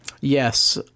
Yes